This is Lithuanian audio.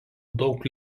daug